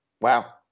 Wow